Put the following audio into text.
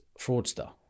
fraudster